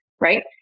right